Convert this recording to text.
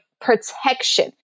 protection